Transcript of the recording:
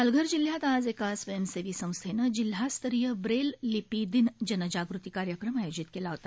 पालघर जिल्ह्यात आज एका स्वयंसेवी संस्थेनं जिल्हा स्तरीय ब्रेल लिपी दिन जनजागृती कार्यक्रम आयोजित केला होता